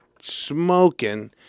smoking